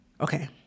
Okay